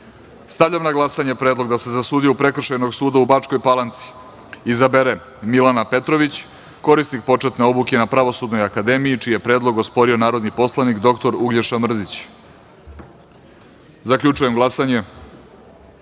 Stavljam na glasanje predlog da se za sudiju Prekršajnog suda u Bačkoj Palanci izabere Milana Petrović, korisnik početne obuke na Pravosudnoj akademiji, čiji je predlog osporio narodni poslanik dr Uglješa Mrdić. Zaključujem glasanje: